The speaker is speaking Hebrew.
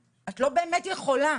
את לא באמת יכולה.